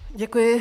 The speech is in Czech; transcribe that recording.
Děkuji.